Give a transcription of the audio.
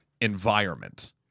environment